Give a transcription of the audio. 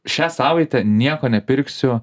šią savaitę nieko nepirksiu